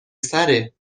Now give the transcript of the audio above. سره